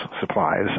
supplies